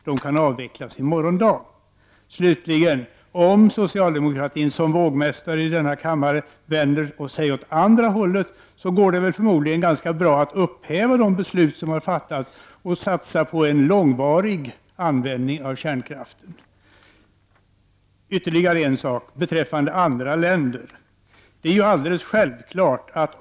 De kan avvecklas i morgon dag. Om socialdemokraterna som vågmästare i denna kammare i stället vänder sig åt det andra hållet går det förmodligen ganska bra att upphäva de beslut som har fattats och i stället satsa på en långvarig användning av kärnkraften.